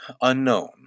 unknown